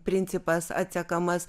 principas atsekamas